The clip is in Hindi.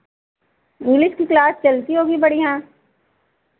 इंग्लिश की क्लास चलती होगी बढ़ियाँ